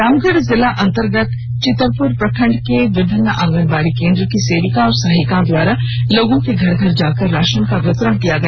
रामगढ़ जिला अंतर्गत चितरपुर प्रखंड के विभिन्न आंगनबाड़ी केंद्रल की सेविका और सहायिकाओं द्वारा लोगों के घर घर जाकर राशन का वितरण किया गया